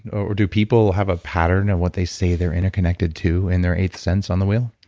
or do people have a pattern of what they say they're interconnected to in their eighth sense on the wheel?